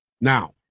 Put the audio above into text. Now